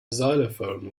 xylophone